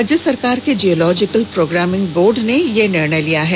राज्य सरकार के जियोलॉजिकल प्रोग्रामिंग बोर्ड ने यह निर्णय लिया है